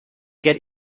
get